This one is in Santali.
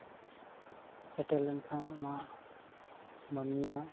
ᱥᱮᱴᱮᱨ ᱞᱮᱱᱠᱷᱟᱱ ᱚᱱᱟ ᱢᱟᱹᱱᱢᱤᱭᱟᱜ